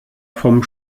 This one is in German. vom